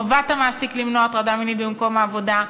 וחובת המעסיק למנוע הטרדה מינית במקום העבודה,